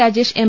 Rajesh M